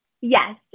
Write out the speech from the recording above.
Yes